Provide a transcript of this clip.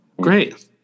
Great